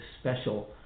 special